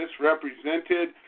misrepresented